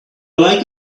like